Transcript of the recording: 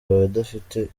abadafite